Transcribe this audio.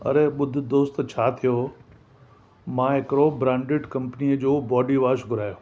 अरे ॿुध दोस्त छा थियो मां हिकिड़ो ब्रांडिड कंपनी जो बॉडी वॉश घुरायो